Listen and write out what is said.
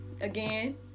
again